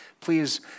Please